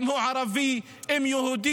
אם הוא ערבי או אם הוא יהודי,